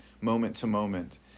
moment-to-moment